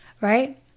right